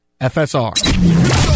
FSR